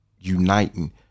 uniting